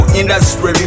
industry